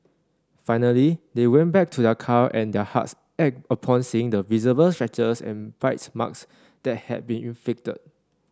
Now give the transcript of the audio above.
finally they went back to their car and their hearts ached upon seeing the visible scratches and bite marks that had been inflicted